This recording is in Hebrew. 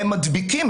הם מדביקים,